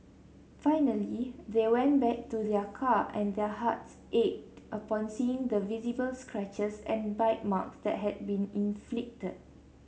finally they went back to their car and their hearts ached upon seeing the visible scratches and bite marks that had been inflicted